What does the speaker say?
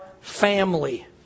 family